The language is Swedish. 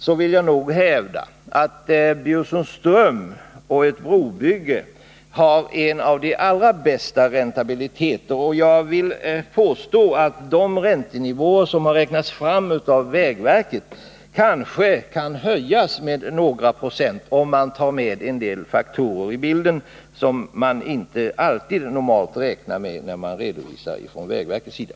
Jag vill hävda att ett brobygge vid Bjursundsström skulle vara mycket räntabelt. Jag vill påstå att de räntenivåer som har räknats fram av vägverket kanske kan höjas med några procent, om man tar med en del faktorer i bilden som man normalt inte alltid räknar med när man redovisar från vägverkets sida.